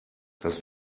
das